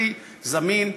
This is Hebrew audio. הכי זמין,